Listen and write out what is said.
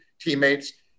teammates